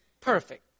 perfect